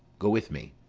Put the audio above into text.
go with me.